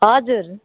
हजुर